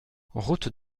route